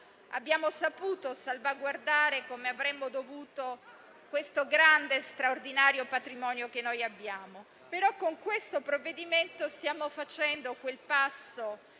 abbiamo saputo salvaguardare come avremmo dovuto questo grande straordinario patrimonio che noi abbiamo. Però con questo provvedimento stiamo facendo quel passo